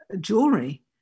jewelry